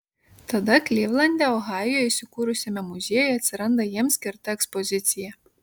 tada klivlande ohajuje įsikūrusiame muziejuje atsiranda jiems skirta ekspozicija